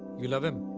you love him.